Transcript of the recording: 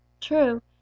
True